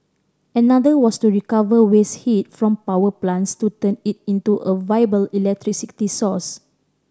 another was to recover waste heat from power plants to turn it into a viable electricity source